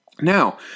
Now